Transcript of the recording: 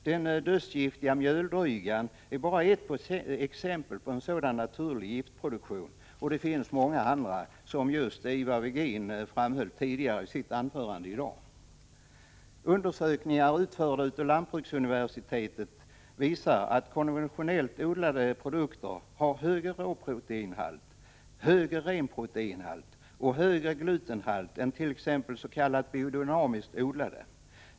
Den dödsgiftiga mjöldrygan är bara ett exempel på en sådan naturlig giftproduktion, och det finns många andra, vilket Ivar Virgin också framhöll i sitt anförande. Undersökningar utförda av lantbruksuniversitetet visar att konventionellt odlade produkter har högre råproteinhalt, högre renproteinhalt och högre glutenhalt än t.ex. biodynamiskt odlade.